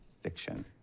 fiction